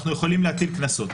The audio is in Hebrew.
אנחנו יכולים להטיל קנסות.